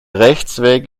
rechtsweg